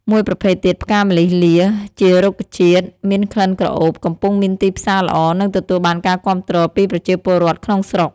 មួយប្រភេទទៀត ផ្កាម្លិះលា ជារុក្ខជាតិមានក្លិនក្រអូប កំពុងមានទីផ្សារល្អ និងទទួលបានការគាំទ្រ ពីប្រជាពលរដ្ឋក្នុងស្រុក